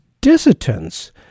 dissidents